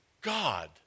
God